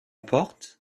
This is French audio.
porte